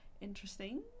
interesting